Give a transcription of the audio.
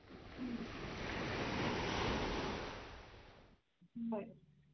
ꯎꯝ ꯎꯝ ꯍꯣꯏ